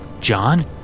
John